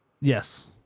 Yes